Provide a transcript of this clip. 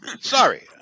Sorry